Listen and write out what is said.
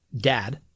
dad